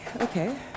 okay